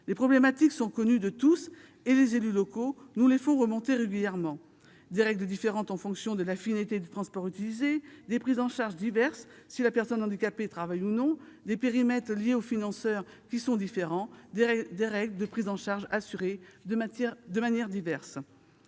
Les problématiques sont connues de tous, et les élus locaux nous les font remonter régulièrement : des règles différentes en fonction de la finalité du transport utilisé ; des prises en charge diverses selon que la personne handicapée travaille ou non ; des périmètres différents en fonction des financeurs ; des règles de prise en charge assurées de manière diverse.